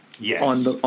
Yes